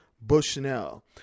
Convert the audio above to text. Bushnell